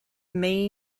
may